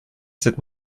cette